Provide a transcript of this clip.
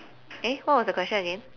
eh what was your question again